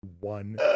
one